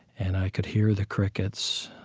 and i could hear the crickets,